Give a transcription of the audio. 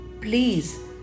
please